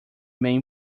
main